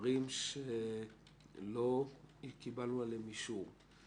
בדברים שלא קיבלנו עליהם אישור.